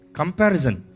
comparison